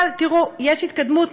אבל תראו, יש התקדמות.